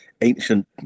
ancient